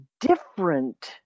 different